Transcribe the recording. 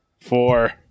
Four